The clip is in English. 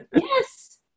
Yes